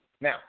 Now